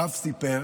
הרב סיפר